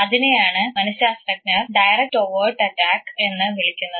അതിനെയാണ് മനശാസ്ത്രജ്ഞർ direct overt attack എന്നു വിളിക്കുന്നത്